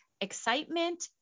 excitement